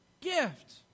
gift